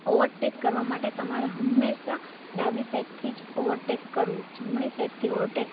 over tech કરવા માટે તમારે હંમેશા ડાબી સાઈડથી જ ઓવરટેક કરવું જમણી સાઈડથી ઓવરટેક